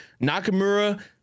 Nakamura